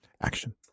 Action